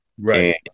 Right